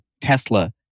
Tesla